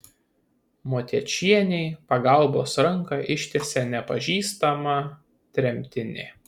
motiečienei pagalbos ranką ištiesė nepažįstama tremtinė